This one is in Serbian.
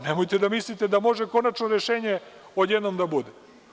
Nemojte da mislite da može konačno rešenje odjednom da bude.